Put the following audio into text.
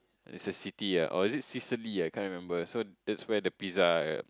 it's a city ah or is it Cicely ah I can't remember so that's where the pizza